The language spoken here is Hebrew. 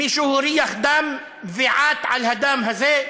מישהו הריח דם ועט על הדם הזה,